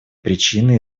причины